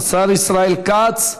השר ישראל כץ,